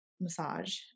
massage